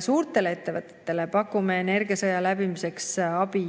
Suurtele ettevõtetele pakume energiasõja läbimiseks abi